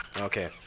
okay